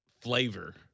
flavor